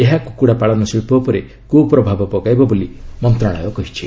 ଏହା କୁକୁଡ଼ା ପାଳନ ଶିଳ୍ପ ଉପରେ କୁ ପ୍ରଭାବ ପକାଇବ ବୋଲି ମନ୍ତ୍ରଶାଳୟ କହିଛି